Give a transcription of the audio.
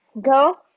Go